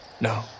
no